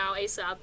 ASAP